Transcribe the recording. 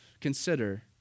Consider